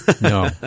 No